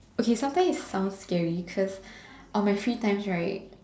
okay sometimes it sounds scary cause on my free times right